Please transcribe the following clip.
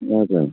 हजुर